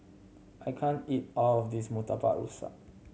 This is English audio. I can't eat all of this Murtabak Rusa